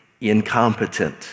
incompetent